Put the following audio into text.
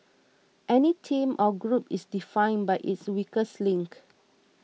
any team or group is defined by its weakest link